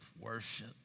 worship